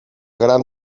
gran